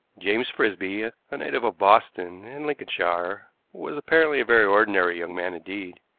james frisby, a native of boston, in lincolnshire, was apparently a very ordinary young man indeed.